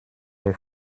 der